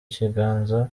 kiganza